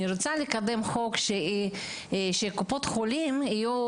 אני רוצה לקדם חוק שקופות החולים תהיינה